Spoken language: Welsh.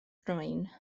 nhrwyn